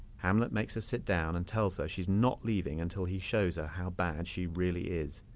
hamlet makes her sit down and tells her she's not leaving until he shows her how bad she really is.